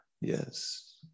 Yes